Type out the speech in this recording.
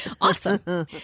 Awesome